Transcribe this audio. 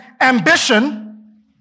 ambition